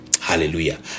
Hallelujah